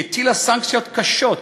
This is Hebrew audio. שהטילה סנקציות קשות,